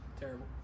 Terrible